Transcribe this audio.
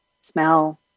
smell